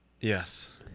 Yes